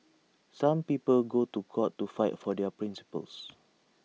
some people go to court to fight for their principles